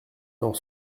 dans